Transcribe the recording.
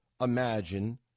imagine